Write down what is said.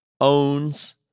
owns